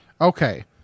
Okay